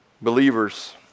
Believers